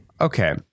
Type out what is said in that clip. Okay